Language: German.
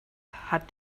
hat